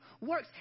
works